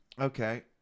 Okay